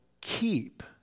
keep